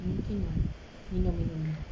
yang tin tu eh minum minum